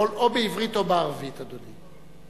יכול או בעברית או בערבית, אדוני.